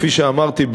כפי שאמרתי,